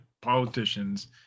politicians